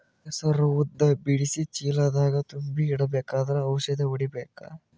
ಹೆಸರು ಉದ್ದ ಬಿಡಿಸಿ ಚೀಲ ದಾಗ್ ತುಂಬಿ ಇಡ್ಬೇಕಾದ್ರ ಔಷದ ಹೊಡಿಬೇಕ?